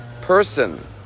person